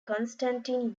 konstantin